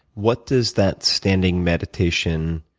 what does that standing meditation